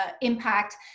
impact